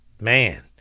man